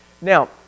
Now